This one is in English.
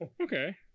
Okay